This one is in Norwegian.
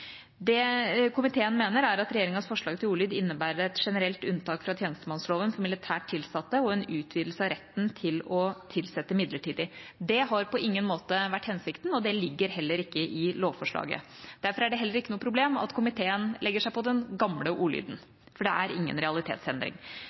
Det komiteen mener, er at regjeringas forslag til ordlyd innebærer et generelt unntak fra tjenestemannsloven for militært tilsatte og en utvidelse av retten til å tilsette midlertidig. Det har på ingen måte vært hensikten, og det ligger heller ikke i lovforslaget. Derfor er det heller ikke noe problem at komiteen legger seg på den gamle ordlyden,